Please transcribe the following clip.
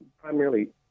primarily